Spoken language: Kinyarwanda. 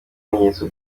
bimenyetso